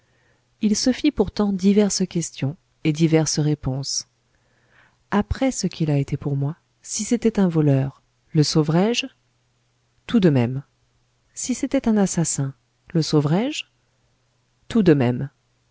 il se fit pourtant diverses questions et diverses réponses après ce qu'il a été pour moi si c'était un voleur le sauverais je tout de même si c'était un assassin le sauverais je tout de même